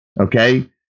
Okay